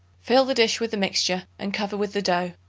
fill the dish with the mixture and cover with the dough.